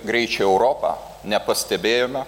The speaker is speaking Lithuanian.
greičių europą nepastebėjome